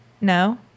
No